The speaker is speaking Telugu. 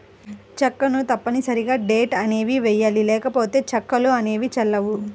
చెక్కును తప్పనిసరిగా డేట్ ని వెయ్యాలి లేకపోతే చెక్కులు అనేవి చెల్లవు